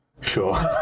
sure